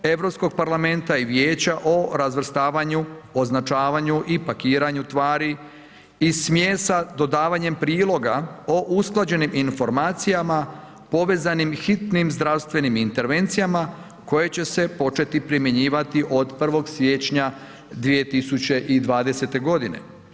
Europskog parlamenta i Vijeća o razvrstavanju, označavanju i pakiranju tvari i smjesa dodavanjem priloga o usklađenim informacijama povezanim hitnim zdravstvenim intervencijama koje će se početi primjenjivati od 1. siječnja 2020. godine.